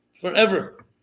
forever